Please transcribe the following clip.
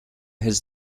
his